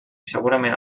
segurament